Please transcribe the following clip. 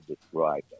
describe